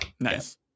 Nice